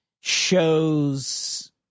shows